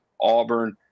Auburn